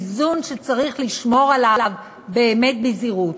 איזון שצריך לשמור עליו באמת בזהירות.